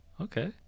okay